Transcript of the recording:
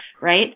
right